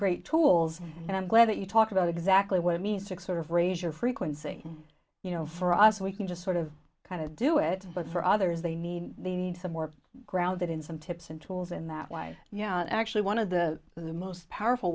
great tools and i'm glad that you talk about exactly what i mean six sort of raise your frequency you know for us we can just sort of kind of do it but for others they need they need some more grounded in some tips and tools in that way yeah actually one of the the most powerful